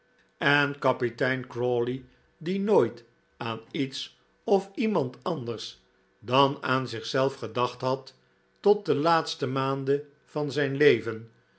en kapitein crawley die nooit aan iets of iemand anders dan aan zichzelf gedacht had tot de laatste maanden van zijn leven